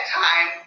time